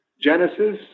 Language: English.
Genesis